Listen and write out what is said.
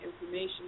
information